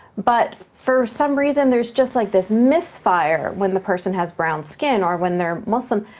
but for some reason there's just like this misfire when the person has brown skin or when they're muslim.